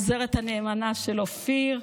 העוזרת הנאמנה של אופיר,